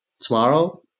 tomorrow